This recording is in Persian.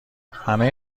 همه